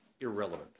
irrelevant